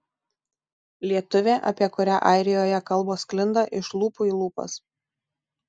lietuvė apie kurią airijoje kalbos sklinda iš lūpų į lūpas